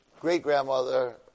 great-grandmother